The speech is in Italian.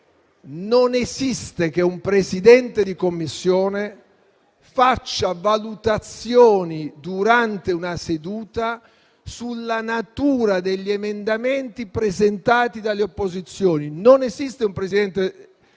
non esiste che un Presidente di Commissione faccia valutazioni, durante una seduta, sulla natura degli emendamenti presentati dalle opposizioni. Non esiste che un Presidente di Commissione